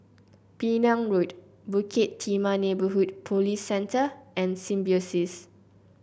Penang Road Bukit Timah Neighbourhood Police Centre and Symbiosis